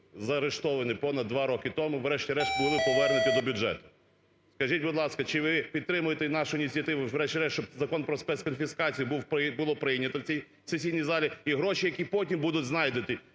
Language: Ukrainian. заарештовані понад 2 роки тому, врешті-решт були повернути до бюджету. Скажіть, будь ласка, чи ви підтримуєте нашу ініціативу врешті-решт, щоб Закон про спецконфіскацію було прийнято в цій сесійній залі? І гроші, які потім будуть знайдені